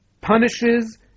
punishes